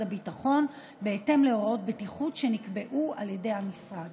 הביטחון ובהתאם להוראות בטיחות שנקבעו על ידי המשרד.